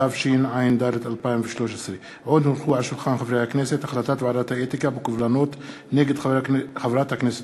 התשע"ד 2013. החלטת ועדת האתיקה בקובלנות נגד חברת הכנסת